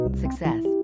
Success